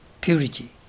purity